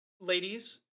ladies